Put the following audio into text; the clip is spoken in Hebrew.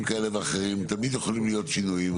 כאלה ואחרים תמיד יכולים להיות שינויים.